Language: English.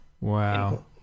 wow